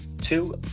Two